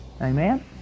Amen